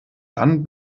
dann